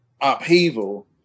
upheaval